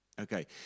Okay